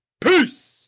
Peace